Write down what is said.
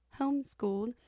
homeschooled